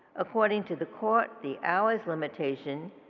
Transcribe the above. according to the court, the hours limitation